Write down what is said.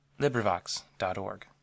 LibriVox.org